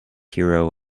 hero